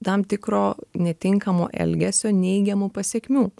tam tikro netinkamo elgesio neigiamų pasekmių